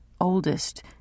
oldest